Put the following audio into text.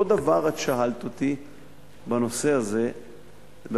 אותו דבר את שאלת אותי בנושא הזה בהצעה